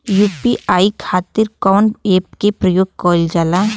UPI खातीर कवन ऐपके प्रयोग कइलजाला?